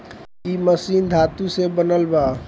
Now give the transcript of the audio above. इ मशीन धातु से बनल बा